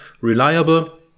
reliable